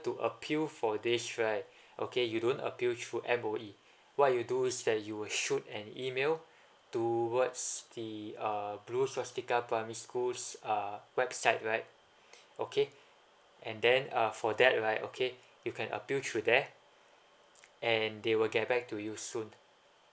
to appeal for this right okay you don't appeal through M_O_E what you do is that you will shoot an email towards the uh blue softical primary school's uh website right okay and then uh for that right okay you can appeal through there and they will get back to you soon